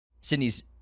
sydney's